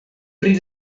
pri